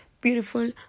beautiful